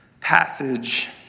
passage